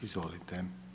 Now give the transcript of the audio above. Izvolite.